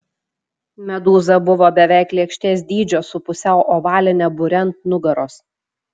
medūza buvo beveik lėkštės dydžio su pusiau ovaline bure ant nugaros